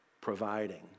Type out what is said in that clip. providing